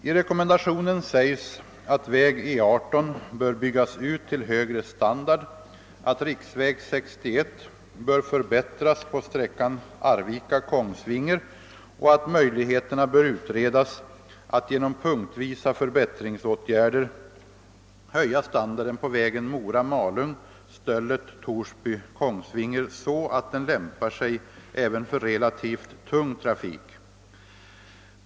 I rekommendationen sägs att väg E 18 bör byggas ut till högre standard, att riksväg 61 bör förbättras på sträckan Arvika—Kongsvinger och att möjligheterna bör utredas att genom punktvisa förbättringsåtgärder höja standarden på vägen Mora—Malung—Stöllet—Torsby—Kongsvinger så att den lämpar sig även för relativt tung trafik.